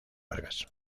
vargas